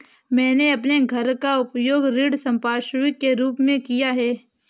मैंने अपने घर का उपयोग ऋण संपार्श्विक के रूप में किया है